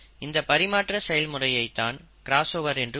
இந்த பரிமாற்ற செயல்முறையை தான் கிராஸ்ஓவர் என்று கூறுவர்